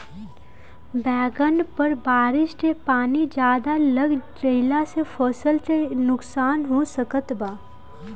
बैंगन पर बारिश के पानी ज्यादा लग गईला से फसल में का नुकसान हो सकत बा?